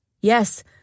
Yes